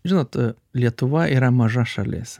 žinot lietuva yra maža šalis